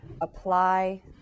apply